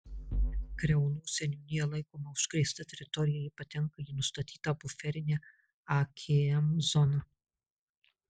kriaunų seniūnija laikoma užkrėsta teritorija ji patenka į nustatytą buferinę akm zoną